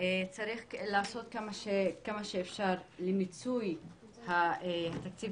צריך לעשות כמה שאפשר למיצוי התקציב